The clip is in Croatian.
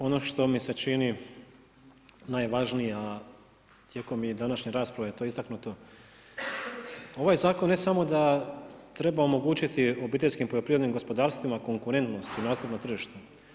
Ono što mi se čini najvažnija tijekom današnje rasprave je to istaknuto, ovaj zakon ne samo da treba omogućiti obiteljskim poljoprivrednim gospodarstvima konkurentnost i nastup na tržište.